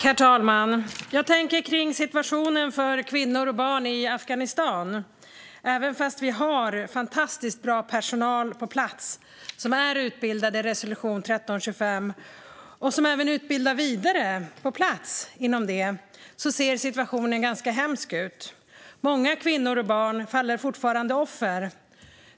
Herr talman! Jag tänker på situationen för kvinnor och barn i Afghanistan. Trots att vi har fantastiskt bra personal på plats som är utbildade i resolution 1325 och som även utbildar vidare på plats inom detta ser situationen ganska hemsk ut. Många kvinnor och barn faller fortfarande offer.